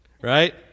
Right